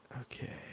Okay